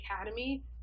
academy